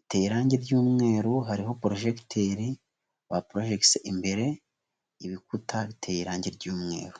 iteye irangi ry'umweru, hariho porojegiteri baporojegise imbere, ibikuta biteye irangi ry'umweru.